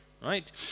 Right